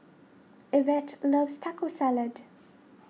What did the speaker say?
Ivette loves Taco Salad